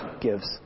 gives